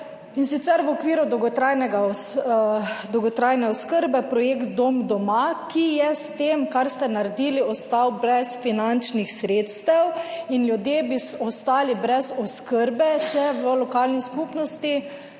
in sicer v okviru dolgotrajne oskrbe projekt dom doma, ki je s tem, kar ste naredili, ostal brez finančnih sredstev in ljudje bi ostali brez oskrbe, če v lokalni skupnosti